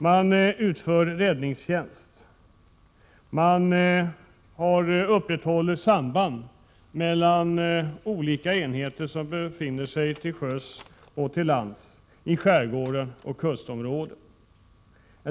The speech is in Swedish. Man utför räddningstjänst och man upprätthåller samband mellan olika enheter som befinner sig till sjöss och till lands i skärgården och kustområdena.